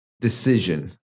decision